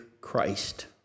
Christ